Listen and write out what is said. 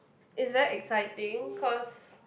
it's very exciting cause